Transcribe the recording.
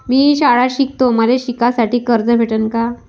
मी शाळा शिकतो, मले शिकासाठी कर्ज भेटन का?